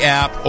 app